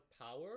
power